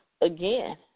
again